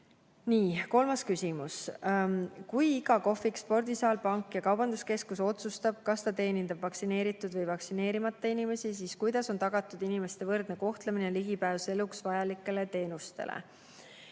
Kolmas küsimus: "Kui iga kohvik, spordisaal, pank ja kaubanduskeskus otsustab, kas ta teenindab vaktsineeritud või vaktsineerimata inimesi, siis kuidas on tagatud inimeste võrdne kohtlemine ja ligipääs eluks vajalikele teenustele?"